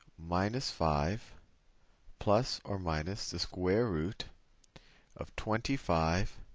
minus five plus or minus the square root of twenty five.